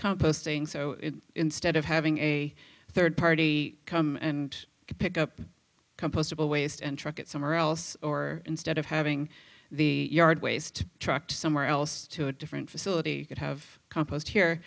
composting so instead of having a third party come and pick up compostable waste and truck it somewhere else or instead of having the yard waste truck to somewhere else to a different facility could have compost here